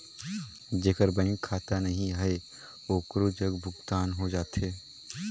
जेकर बैंक खाता नहीं है ओकरो जग भुगतान हो जाथे?